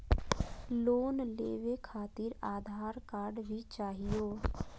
Loan लेवे खातिरआधार card भी चाहियो?